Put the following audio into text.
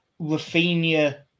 Rafinha